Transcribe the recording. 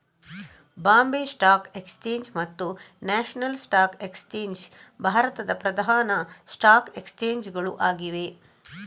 Bombay stock exchange ಮತ್ತು national stock exchange ಭಾರತದ ಪ್ರಧಾನ ಸ್ಟಾಕ್ ಎಕ್ಸ್ಚೇಂಜ್ ಗಳು ಆಗಿವೆ